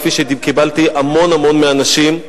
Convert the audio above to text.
כפי שקיבלתי מהמון המון אנשים,